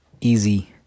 easy